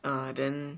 uh then